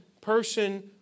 person